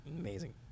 Amazing